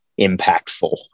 impactful